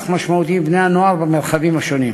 משמעותי עם בני-הנוער במרחבים השונים.